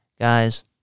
Guys